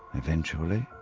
eventually.